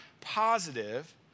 positive